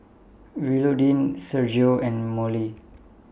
Willodean Sergio and Mollie